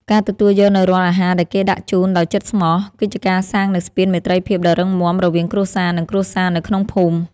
ការទទួលយកនូវរាល់អាហារដែលគេដាក់ជូនដោយចិត្តស្មោះ គឺជាការសាងនូវស្ពានមេត្រីភាពដ៏រឹងមាំរវាងគ្រួសារនិងគ្រួសារនៅក្នុងភូមិ។